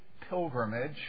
pilgrimage